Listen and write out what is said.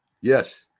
yes